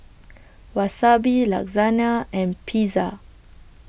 Wasabi Lasagne and Pizza